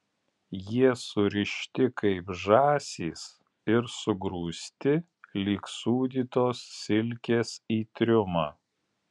jie surišti kaip žąsys ir sugrūsti lyg sūdytos silkės į triumą